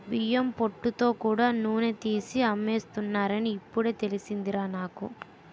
బియ్యం పొట్టుతో కూడా నూనె తీసి అమ్మేస్తున్నారని ఇప్పుడే తెలిసిందిరా నాకు